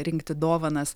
rinkti dovanas